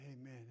Amen